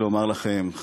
דמותה